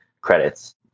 credits